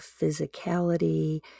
physicality